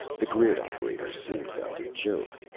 the grid operator seemed about to choke.